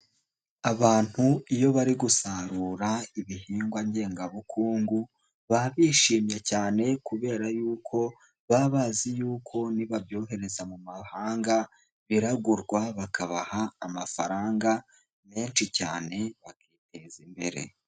Abantu iyo bari gusarura ibihingwa ngengabukungu, baba bishimye cyane kubera yuko baba bazi yuko nibabyohereza mu mahanga, biragurwa bakabaha amafaranga menshi cyane bakiteza imbere.